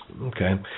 Okay